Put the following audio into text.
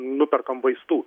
nuperkam vaistų